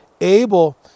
Abel